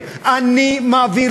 הם לא עברו